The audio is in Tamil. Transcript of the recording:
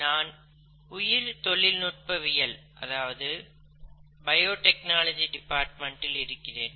நான் உயிர் தொழில் நுட்பவியல் துறையில் இருக்கிறேன்